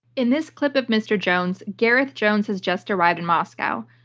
in this clip of mr. jones, gareth jones has just arrived in moscow.